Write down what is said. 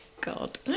God